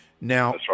Now